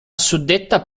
suddetta